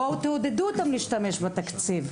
בואו תעודדו אותם להשתמש בתקציב,